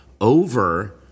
over